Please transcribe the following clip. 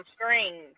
screen